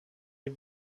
die